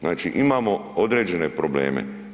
Znači, imamo određene probleme.